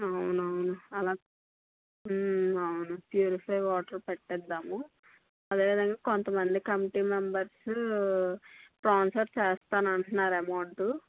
అవునవును అలా అవును ప్యూరిఫై వాటర్ పెట్టిద్దాము అదే విధంగా కొంతమంది కమిటీ మెంబర్సు స్పాన్సర్ చేస్తానంటున్నారు అమౌంట్